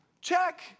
check